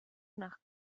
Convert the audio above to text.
nach